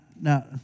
now